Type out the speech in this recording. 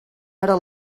ara